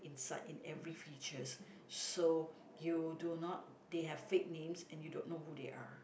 inside in every features so you do not they have fake names and you don't know who they are